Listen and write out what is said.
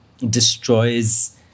destroys